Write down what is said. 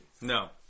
No